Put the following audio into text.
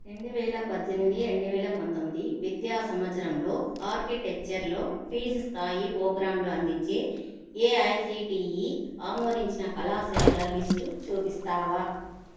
రెండు వేల పద్దెనిమిది రెండు వేల పంతొమ్మిది విద్యా సంవత్సరంలో ఆర్కిటెక్చర్లో పీజీ స్థాయి ప్రోగ్రాంలు అందించే ఏఐసిటిఈ ఆమోదించిన కళాశాలల లిస్టు చూపిస్తావా